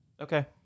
okay